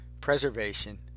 preservation